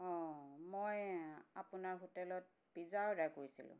অঁ মই আপোনাৰ হোটেলত পিজ্জা অৰ্ডাৰ কৰিছিলোঁ